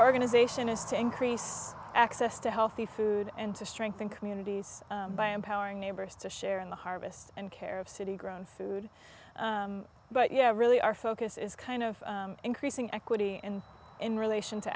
organization is to increase access to healthy food and to strengthen communities by empowering neighbors to share in the harvest and care of city grown food but yeah really our focus is kind of increasing equity in relation to